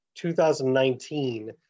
2019